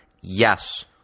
Yes